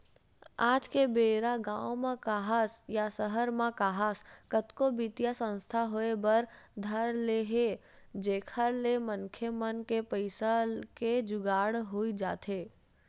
आज के बेरा गाँव म काहस या सहर म काहस कतको बित्तीय संस्था होय बर धर ले हे जेखर ले मनखे मन के पइसा के जुगाड़ होई जाथे